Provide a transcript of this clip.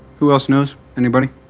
who else knows? anybody?